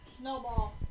Snowball